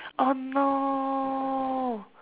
oh no